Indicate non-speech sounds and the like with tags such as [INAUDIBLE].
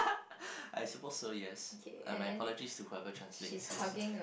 [LAUGHS] I suppose so yes and my apologies to whoever translates this